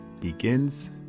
begins